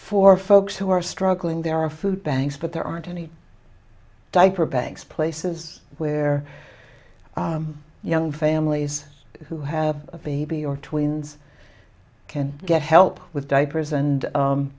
for folks who are struggling there are food banks but there aren't any diaper banks places where young families who have a baby or tweens can get help with diapers and